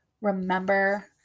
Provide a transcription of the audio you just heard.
Remember